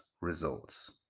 results